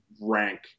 rank